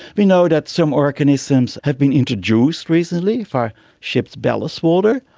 we know that some organisms have been introduced recently for ships' ballast water.